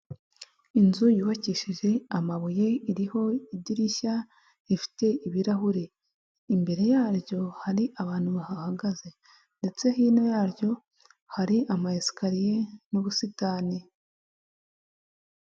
Inzu yubakishije amabuye iriho idirishya rifite ibirahuri, imbere yaryo hari abantu bahahagaze ndetse hino yaryo hari ama esikariye n'ubusitani.